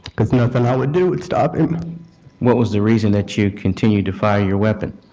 because nothing i would do would stop him what was the reason that you continued to fire your weapon?